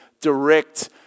direct